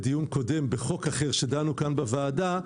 בדיון קודם בחוק אחר שדנו כאן בוועדה,